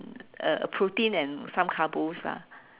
uh a protein and some carbos lah